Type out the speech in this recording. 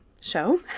show